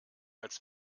als